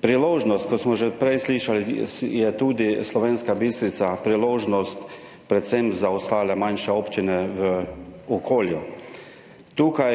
je, kot smo že prej slišali, tudi priložnost predvsem za ostale manjše občine v okolju. Tukaj,